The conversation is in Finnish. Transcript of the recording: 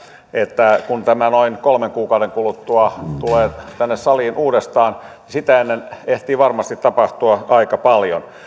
että kun tämä noin kolmen kuukauden kuluttua tulee tänne saliin uudestaan niin sitä ennen ehtii varmasti tapahtua aika paljon